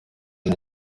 nti